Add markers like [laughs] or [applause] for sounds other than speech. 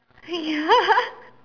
ya [laughs]